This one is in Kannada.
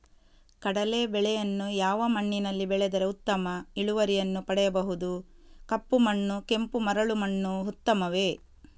ಕಡಲೇ ಬೆಳೆಯನ್ನು ಯಾವ ಮಣ್ಣಿನಲ್ಲಿ ಬೆಳೆದರೆ ಉತ್ತಮ ಇಳುವರಿಯನ್ನು ಪಡೆಯಬಹುದು? ಕಪ್ಪು ಮಣ್ಣು ಕೆಂಪು ಮರಳು ಮಣ್ಣು ಉತ್ತಮವೇ?